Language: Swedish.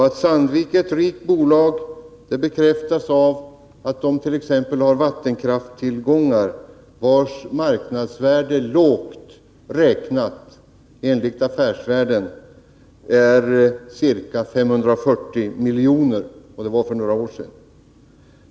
Att Sandvik är ett rikt bolag bekräftas t.ex. av att företaget har vattenkrafttillgångar vilkas marknadsvärde enligt Affärsvärlden lågt räknat är ca 540 milj.kr. — och det var för några år sedan.